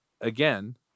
again